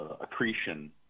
accretion